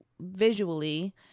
visually